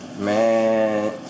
Man